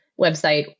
website